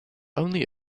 only